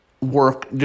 work